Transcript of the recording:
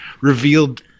revealed